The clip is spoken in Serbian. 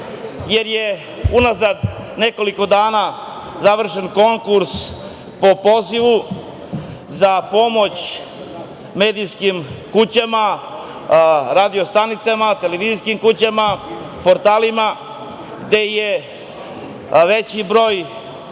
jer je unazad nekoliko dana završen konkurs po pozivu za pomoć medijskim kućama, radio stanicama, televizijskim kućama, portalima, gde je veći broj